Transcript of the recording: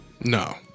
no